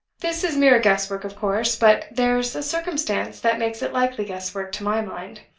this is mere guess-work, of course but there's a circumstance that makes it likely guess-work to my mind.